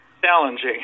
challenging